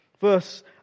Verse